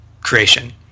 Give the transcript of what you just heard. creation